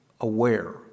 aware